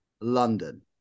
London